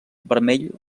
vermell